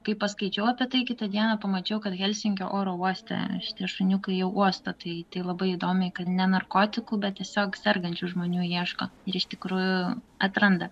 kai paskaičiau apie tai kitą dieną pamačiau kad helsinkio oro uoste šitie šuniukai jau uosto tai labai įdomiai kad ne narkotikų bet tiesiog sergančių žmonių ieško ir iš tikrųjų atranda